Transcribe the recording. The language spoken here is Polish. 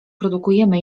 produkujemy